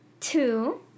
two